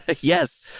Yes